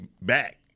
back